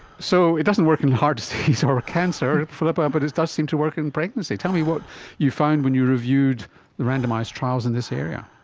so, it doesn't work in heart disease or cancer, philippa, but it does seem to work in pregnancy. tell me what you found when you reviewed randomised trials in this area?